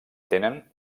tenen